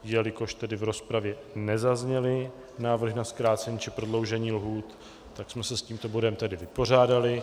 Jelikož tedy v rozpravě nezazněly návrhy na zkrácení či prodloužení lhůt, tak jsme se s tímto bodem tedy vypořádali.